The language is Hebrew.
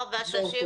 תודה רבה, שושי.